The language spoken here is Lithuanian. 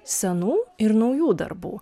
senų ir naujų darbų